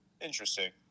Interesting